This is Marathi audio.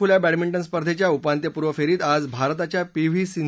सिंगापूर खुल्या बॅडमिंटन स्पर्धेच्या उपान्त्यपूर्व फेरीत आज भारताच्या पी